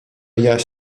jaś